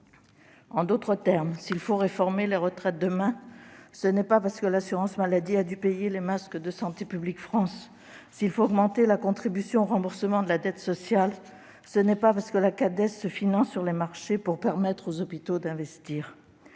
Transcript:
En d'autres termes, s'il faut demain réformer les retraites, ce n'est pas parce que l'assurance maladie a dû payer les masques de Santé publique France. S'il faut augmenter la contribution au remboursement de la dette sociale, ce n'est pas parce que la Cades se finance sur les marchés pour permettre aux hôpitaux d'investir.